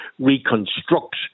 reconstruct